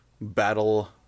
battle